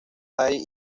hay